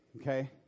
okay